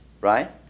right